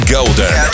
Golden